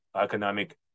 economic